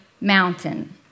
mountain